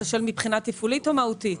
מבחינה תפעולית או מהותית?